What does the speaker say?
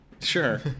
Sure